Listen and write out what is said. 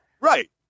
Right